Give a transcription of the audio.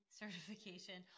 certification